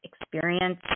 experience